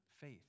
faith